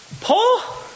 Paul